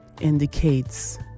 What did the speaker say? indicates